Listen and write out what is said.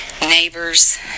neighbors